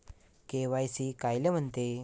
KYC कायले म्हनते?